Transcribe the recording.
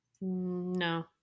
No